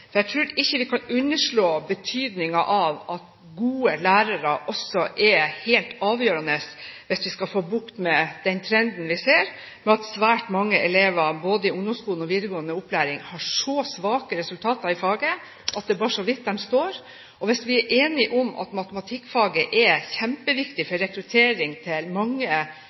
Jeg tror ikke vi kan underslå betydningen av at gode lærere også er helt avgjørende hvis vi skal få bukt med den trenden vi ser, at svært mange elever både i ungdomsskolen og i videregående opplæring har så svake resultater i faget at det bare er så vidt de står. Hvis vi er enige om at matematikkfaget er kjempeviktig for rekruttering til mange